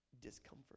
discomfort